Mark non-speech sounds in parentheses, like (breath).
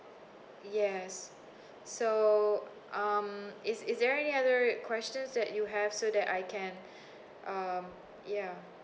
yes so um it's is there any other questions that you have so that I can (breath) um ya